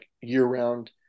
year-round